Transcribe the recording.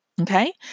okay